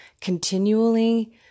continually